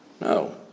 No